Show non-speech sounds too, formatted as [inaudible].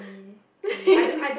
[laughs]